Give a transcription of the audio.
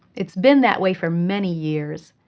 it's been that way for many years.